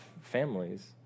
families